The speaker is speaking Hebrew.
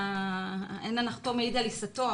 אין הנחתום מעיד על עיסתו,